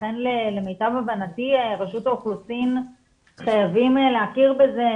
לכן למיטב הבנתי רשות האוכלוסין חייבים להכיר בזה,